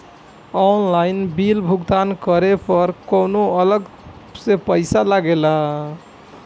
Online bill भुगतान करे पर कौनो अलग से पईसा लगेला?